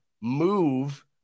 move